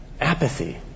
Apathy